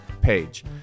page